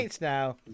now